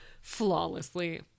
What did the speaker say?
flawlessly